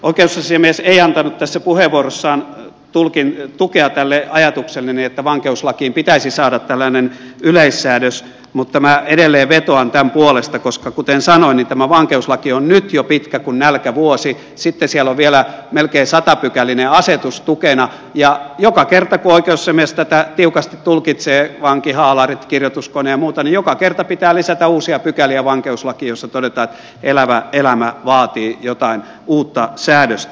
oikeusasiamies ei antanut tässä puheenvuorossaan tukea ajatukselleni että vankeuslakiin pitäisi saada tällainen yleissäädös mutta minä edelleen vetoan tämän puolesta koska kuten sanoin tämä vankeuslaki on nyt jo pitkä kuin nälkävuosi sitten siellä on vielä melkein satapykäläinen asetus tukena ja joka kerta kun oikeusasiamies tätä tiukasti tulkitsee vankihaalarit kirjoituskone ja muuta vankeuslakiin pitää lisätä uusia pykäliä joissa todetaan että elävä elämä vaatii jotain uutta säädöstä